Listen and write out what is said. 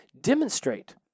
demonstrate